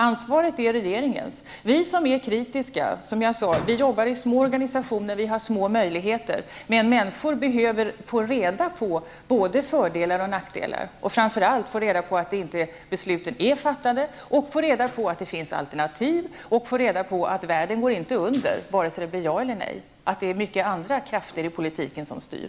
Ansvaret är regeringens. Vi som är kritiska jobbar i små organisationer och har små möjligheter. Men människor behöver få reda på både fördelar och nackdelar. Framför allt behöver människor få reda på att besluten inte är fattade, att det finns alternativ och att världen inte går under vare sig det blir ja eller nej, eftersom det är många andra krafter i politiken som styr.